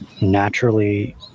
naturally